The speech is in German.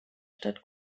stadt